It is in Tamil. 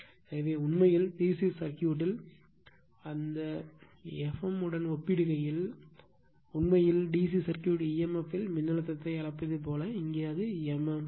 எனவே உண்மையில் DC சர்க்யூட்டில் அந்த எஃப்எம் உடன் ஒப்பிடுகையில் உண்மையில் DC சர்க்யூட் emf இல் மின்னழுத்தத்தை அழைப்பதைப் போல இங்கே அது mmf